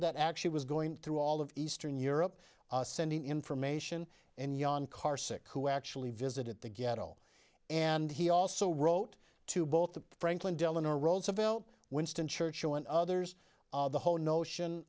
that actually was going through all of eastern europe sending information and yon carsick who actually visited the ghetto and he also wrote to both of franklin delano roosevelt winston churchill and others the whole notion